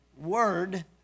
Word